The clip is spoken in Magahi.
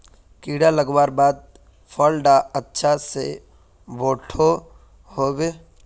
कीड़ा लगवार बाद फल डा अच्छा से बोठो होबे?